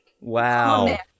Wow